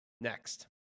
next